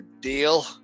deal